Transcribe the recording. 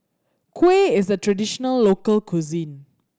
kuih is a traditional local cuisine